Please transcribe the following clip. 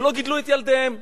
ולא גידלו את ילדיהם.